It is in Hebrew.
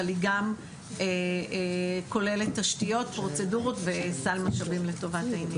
אבל היא גם כוללת תשתיות פרוצדורות וסל משאבים לטובת העניין.